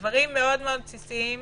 דברים מאוד בבסיסיים,